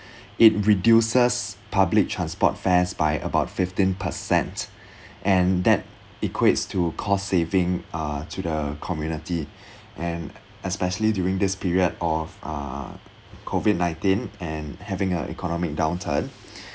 it reduces public transport fares by about fifteen percent and that equates to cost saving uh to the community and especially during this period of uh COVID nineteen and having a economic downturn